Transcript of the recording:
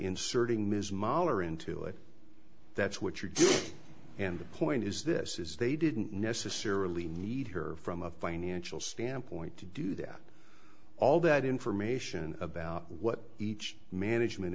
inserting ms mahler into it that's what you do and the point is this is they didn't necessarily need her from a financial standpoint to do that all that information about what each management